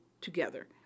together